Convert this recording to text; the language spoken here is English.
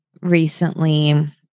recently